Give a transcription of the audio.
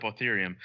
ethereum